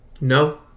No